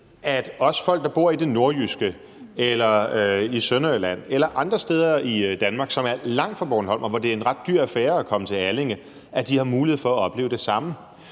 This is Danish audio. at også folk, der bor i det nordjyske eller i Sønderjylland eller andre steder i Danmark, som er langt fra Bornholm – og det er en ret dyr affære at komme til Allinge – har mulighed for at opleve det samme.